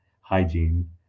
Hygiene